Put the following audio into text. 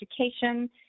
education